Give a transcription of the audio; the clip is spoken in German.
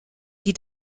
die